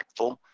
impactful